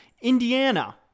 indiana